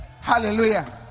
Hallelujah